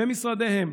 במשרדיהם,